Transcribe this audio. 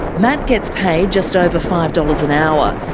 matt gets paid just over five dollars an hour.